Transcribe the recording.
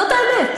זאת האמת.